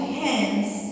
hands